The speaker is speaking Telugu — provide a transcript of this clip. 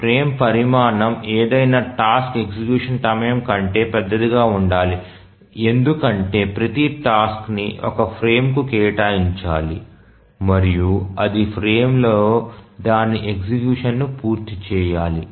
ఫ్రేమ్ పరిమాణం ఏదైనా టాస్క్ ఎగ్జిక్యూషన్ సమయం కంటే పెద్దదిగా ఉండాలి ఎందుకంటే ప్రతి టాస్క్ ని ఒక ఫ్రేమ్కు కేటాయించాలి మరియు అది ఫ్రేమ్లో దాని ఎగ్జిక్యూషన్ ను పూర్తి చేయాలి